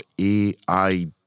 AI